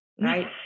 Right